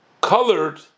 colored